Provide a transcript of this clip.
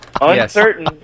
Uncertain